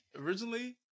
Originally